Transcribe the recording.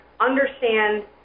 understand